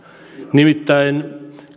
nimittäin